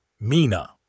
Mina